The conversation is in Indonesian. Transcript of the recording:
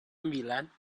sembilan